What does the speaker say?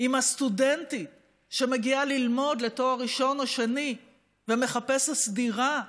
אם הסטודנטית שמגיעה ללמוד לתואר ראשון או שני ומחפשת דירה,